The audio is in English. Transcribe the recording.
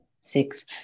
Six